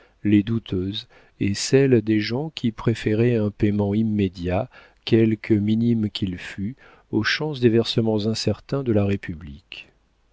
les douteuses et celles des gens qui préféraient un paiement immédiat quelque minime qu'il fût aux chances des versements incertains de la république